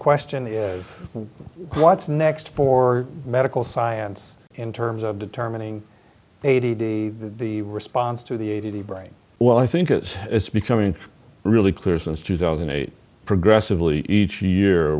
question is what's next for medical science in terms of determining a d d the response to the a to the brain well i think it is becoming really clear since two thousand and eight progressively each year